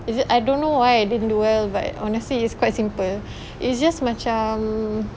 is I don't know why I didn't do well but honestly is quite simple it's just macam